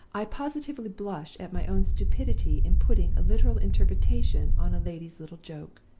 i positively blush at my own stupidity in putting a literal interpretation on a lady's little joke!